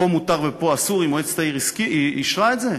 פה מותר ופה אסור, אם מועצת העיר אישרה את זה?